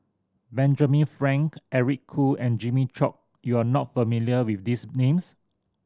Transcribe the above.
Benjamin Frank Eric Khoo and Jimmy Chok you are not familiar with these names